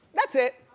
that's it.